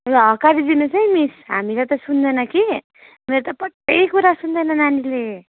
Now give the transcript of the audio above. ल हकारी दिनुहोस् है मिस हामीलाई त सुन्दैन कि मेरो त पट्टै कुरा सुन्दैन नानीले